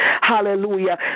Hallelujah